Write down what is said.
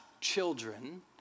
children